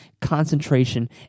concentration